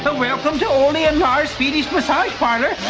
ah welcome to ollie and lars swedish massage parlor.